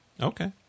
Okay